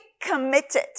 committed